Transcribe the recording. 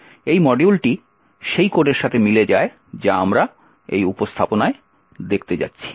এই মডিউলটি সেই কোডের সাথে মিলে যায় যা আমরা এই উপস্থাপনায় দেখতে যাচ্ছি